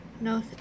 no